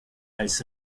als